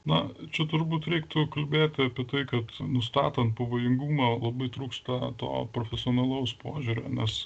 na čia turbūt reiktų kalbėti apie tai kad nustatant pavojingumą labai trūksta to profesionalaus požiūrio nes